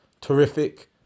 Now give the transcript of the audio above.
Terrific